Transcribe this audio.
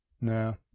No